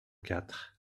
quatre